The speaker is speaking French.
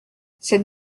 cette